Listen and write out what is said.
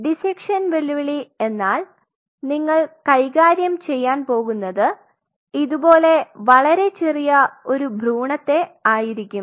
dissection വെല്ലുവിളി എന്നാൽ നിങ്ങൾ കൈകാര്യം ചെയ്യാൻ പോകുന്നത് ഇതുപോലെ വളരെ ചെറിയ ഒരു ഭ്രൂണത്തെ ആയിരിക്കും